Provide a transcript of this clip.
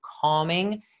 calming